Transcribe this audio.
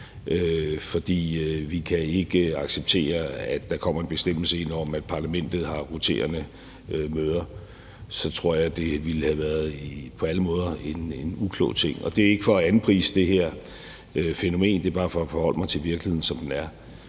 fordi man ikke kan acceptere, at der kommer en bestemmelse ind om, at Parlamentet har roterende møder, så tror jeg, det på alle måder ville have været en uklog ting. Og det er ikke for at anprise det her fænomen, men det er bare for at forholde mig til virkeligheden, som den er.